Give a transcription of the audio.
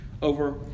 Over